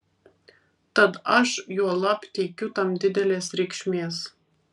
tad aš juolab teikiu tam didelės reikšmės